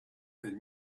and